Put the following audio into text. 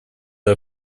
для